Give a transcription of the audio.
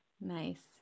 Nice